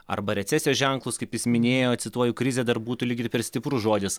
arba recesijos ženklus kaip jis minėjo cituoju krizė dar būtų lyg ir per stiprus žodis